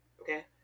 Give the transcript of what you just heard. Okay